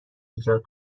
ایجاد